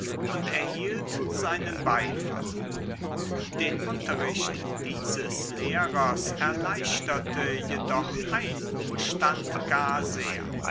und erhielt seinen beifall den unterricht dieses lehrers erleichterte jedoch ein umstand gar sehr